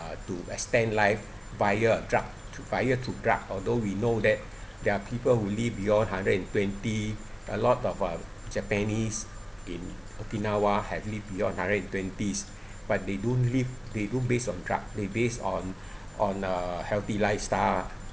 to extend life via a drug via through drug although we know that there are people who live beyond hundred and twenty a lot of uh japanese in okinawa had live beyond hundred and twenties but they don't live they don't based on drug they based on on a healthy lifestyle